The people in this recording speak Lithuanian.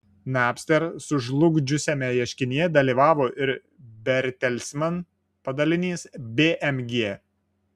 napster sužlugdžiusiame ieškinyje dalyvavo ir bertelsman padalinys bmg